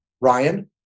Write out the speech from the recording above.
Ryan